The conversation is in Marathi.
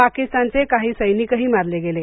पाकिस्तानचे काही सैनिकही मारले गेले